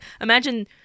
imagine